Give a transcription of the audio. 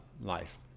life